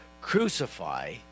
Crucify